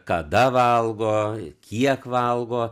kada valgo kiek valgo